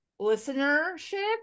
listenership